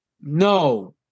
No